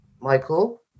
Michael